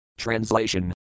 Translation